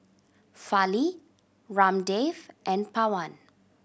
Fali Ramdev and Pawan